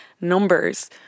numbers